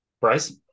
bryce